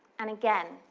and again,